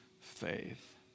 faith